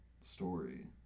story